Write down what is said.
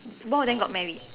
both of them got married